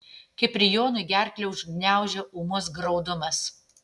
kiprijonui gerklę užgniaužia ūmus graudumas